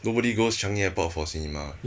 nobody goes changi airport for cinema